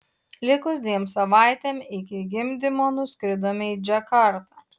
likus dviem savaitėm iki gimdymo nuskridome į džakartą